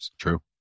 True